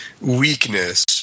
weakness